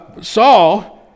Saul